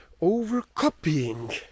over-copying